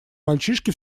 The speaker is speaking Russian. мальчишки